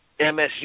MSU